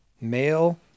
male